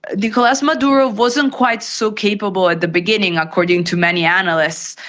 nicolas maduro wasn't quite so capable at the beginning, according to many analysts,